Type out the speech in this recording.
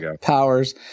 powers